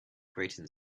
grating